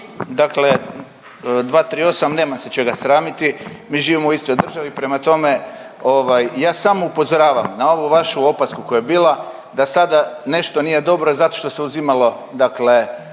Dakle, 238. nemam se čega sramiti, mi živimo u istoj državi prema tome ovaj ja samo upozoravam na ovu vašu opasku koja je bila da sada nešto nije dobro zato što se uzimalo